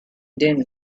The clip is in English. din